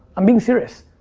i'm being serious.